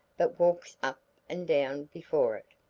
but walks up and down before it,